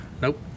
Nope